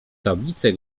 tablice